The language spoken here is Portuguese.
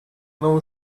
não